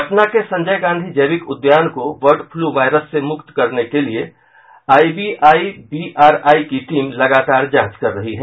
पटना के संजय गांधी जैविक उद्यान को बर्ड फ्लू वायरस से मुक्त करने के लिये आईबीआईबीआरआई की टीम लगातार जांच कर रही है